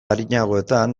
arinagoetan